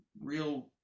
real